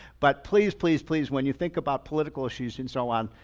but please, please, please, when you think about political issues and so on,